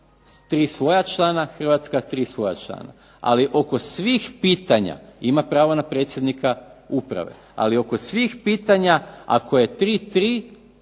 3 svoja člana hrvatska 3 svoja člana, ali oko svih pitanja ima pravo na predsjednika uprave, ali oko svih pitanja ako je 3-3 nema